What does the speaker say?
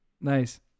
Nice